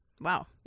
Wow